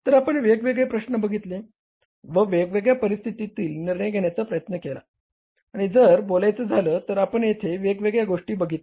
तर आपण वेगवेगळे प्रश्न बघितले व वेगवेगळ्या परिस्थितीत निर्णय घेण्याचा प्रयत्न केला आणि जर बोलायचं झाल तर आपण येथे वेगवेगळ्या गोष्टी बघितल्या